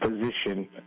position